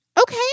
okay